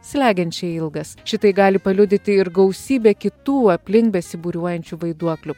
slegiančiai ilgas šitai gali paliudyti ir gausybė kitų aplink besibūriuojančių vaiduoklių